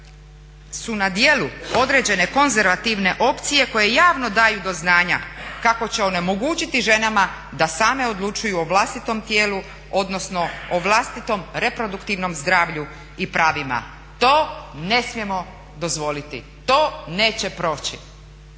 su na djelu određene konzervativne opcije koje javno daju do znanja kako će onemogućiti ženama da same odlučuju o vlastitom tijelu, odnosno o vlastitom reproduktivnom zdravlju i pravima. To ne smijemo dozvoliti, to neće proći.